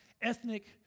ethnic